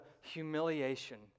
humiliation